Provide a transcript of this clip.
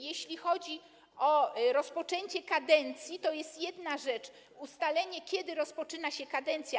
Jeśli chodzi o rozpoczęcie kadencji, to jest jedna rzecz: ustalenie, kiedy rozpoczyna się kadencja.